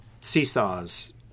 seesaws